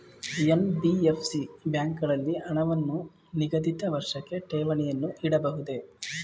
NBFC ಬ್ಯಾಂಕುಗಳಲ್ಲಿ ಹಣವನ್ನು ನಿಗದಿತ ವರ್ಷಕ್ಕೆ ಠೇವಣಿಯನ್ನು ಇಡಬಹುದೇ?